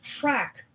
track